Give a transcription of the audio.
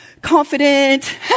Confident